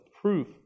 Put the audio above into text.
proof